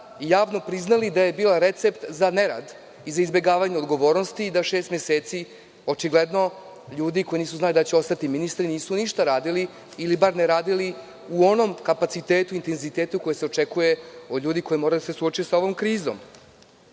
javno priznali da je bila recept za nerad i za izbegavanje odgovornosti, da šest meseci ljudi koji očigledno nisu znali da li će ostati ministri, nisu ništa radili ili bar ne radili u onom kapacitetu i intenzitetu koji se očekuje od ljudi koji moraju da se suoče sa ovom krizom. Ono